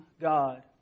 God